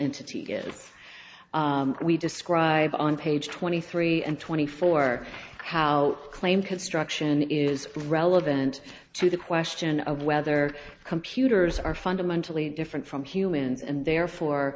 get we describe on page twenty three and twenty four how claim construction is relevant to the question of whether computers are fundamentally different from humans and therefore